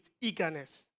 eagerness